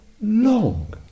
long